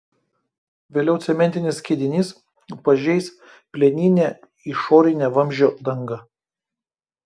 vėliau cementinis skiedinys pažeis plieninę išorinę vamzdžio dangą